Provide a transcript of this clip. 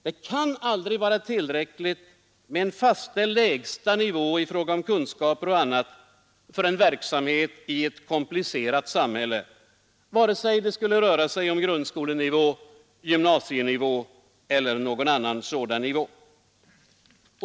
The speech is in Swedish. Det kan aldrig vara tillräckligt med en fastställd lägsta nivå i fråga om kunskaper och annat för en verksamhet i ett komplicerat samhälle, vare sig det skulle gälla grundskolenivå, gymnasienivå eller någon annan nivå.